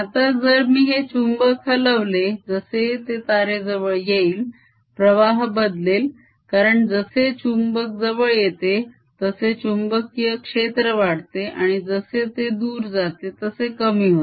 आता जर मी हे चुंबक हलवले जसे ते तारेजवळ येईल प्रवाह बदलेल कारण जसे चुंबक जवळ येते तसे चुंबकीय क्षेत्र वाढते आणि जसे ते दूर जाते तसे कमी होते